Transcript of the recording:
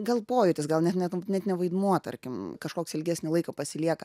gal pojūtis gal net ne net ne vaidmuo tarkim kažkoks ilgesnį laiką pasilieka